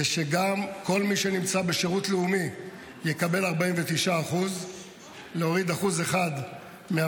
הוא שגם כל מי שנמצא בשירות לאומי יקבל 49% להוריד 1% מהמשרתים,